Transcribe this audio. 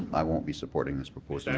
i won't be supporting this proposal.